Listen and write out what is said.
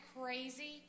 crazy